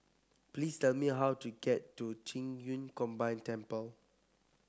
please tell me how to get to Qing Yun Combined Temple